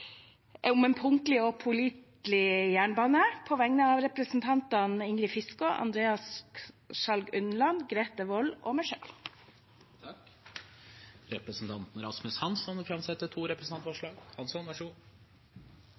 om å evaluere jernbanereformen. I tillegg vil jeg på vegne av representantene Ingrid Fiskaa, Andreas Sjalg Unneland, Grete Wold og meg selv fremme et representantforslag om en punktlig og pålitelig jernbane. Representanten Rasmus Hansson vil framsette to representantforslag.